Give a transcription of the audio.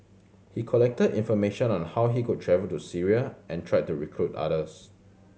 he collected information on how he could travel to Syria and tried to recruit others